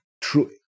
true